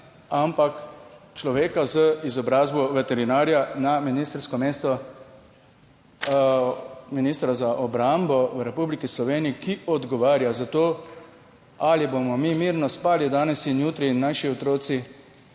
ampak človeka z izobrazbo veterinarja na ministrsko mesto ministra za obrambo v Republiki Sloveniji, ki odgovarja. Za to ali bomo mi mirno spali danes in jutri in naši otroci